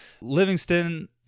Livingston